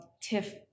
Tiff